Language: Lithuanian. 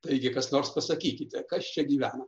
taigi kas nors pasakykite kas čia gyvena